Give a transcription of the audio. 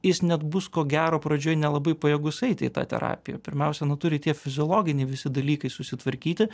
jis net bus ko gero pradžioj nelabai pajėgus eit į tą terapiją pirmiausia na turi tie fiziologiniai visi dalykai susitvarkyti